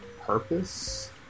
purpose